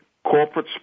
Corporate